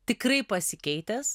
tikrai pasikeitęs